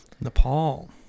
Nepal